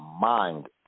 mind